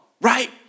right